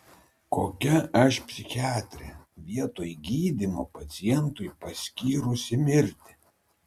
kokia aš psichiatrė vietoj gydymo pacientui paskyrusi mirtį